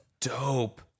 dope